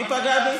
אגב,